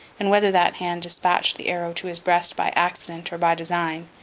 and whether that hand despatched the arrow to his breast by accident or by design,